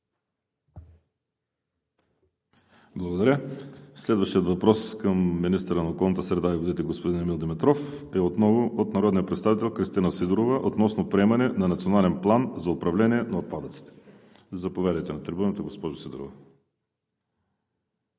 Министър. Следващият въпрос към министъра на околната среда и водите господин Емил Димитров е отново от народния представител Кристина Сидорова относно приемане на Национален план за управление на отпадъците. Заповядайте, госпожо Сидорова.